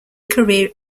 career